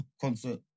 concert